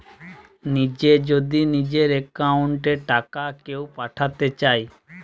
নিজে যদি নিজের একাউন্ট এ টাকা কেও পাঠাতে চায়